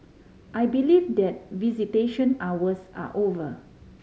I believe that visitation hours are over